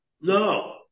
No